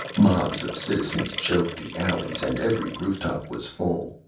mobs of citizens choked the alleys, and every rooftop was full.